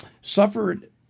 Suffered